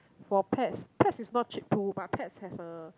for pets pets is not cheap too but pets have a